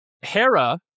Hera